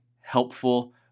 helpful